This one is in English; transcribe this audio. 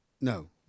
No